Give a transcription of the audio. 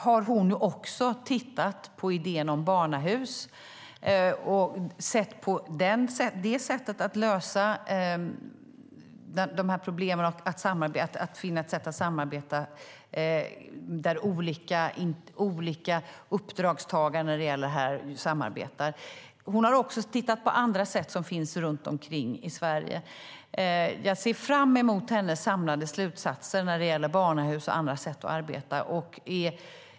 Hon har också tittat på idén om barnahus, på möjligheten att olika uppdragstagare samarbetar samt på andra sätt att arbeta som finns runt omkring i Sverige. Jag ser fram emot hennes samlade slutsatser när det gäller barnahus och andra sätt att arbeta.